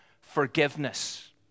forgiveness